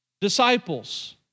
disciples